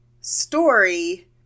story